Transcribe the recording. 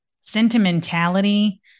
sentimentality